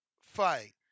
fight